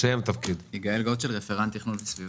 יגאל גוטשל, רפרנט תכנון וסביבה.